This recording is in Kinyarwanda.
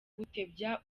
gutebya